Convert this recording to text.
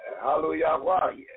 Hallelujah